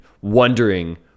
wondering